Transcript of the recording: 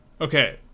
Okay